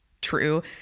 true